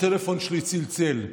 הטלפון שלי צלצל.